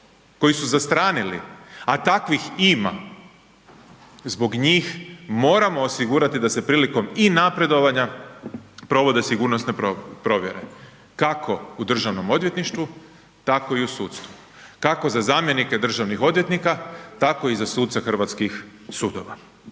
koji su zastranili, a takvih ima, zbog njih moramo osigurati da se prilikom i napredovanja provode sigurnosne provjere, kako u državnom odvjetništvu, tako i u sudstvu, kako za zamjenike državnih odvjetnika, tako i za suce hrvatskih sudova.